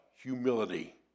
humility